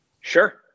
Sure